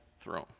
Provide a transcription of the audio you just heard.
throne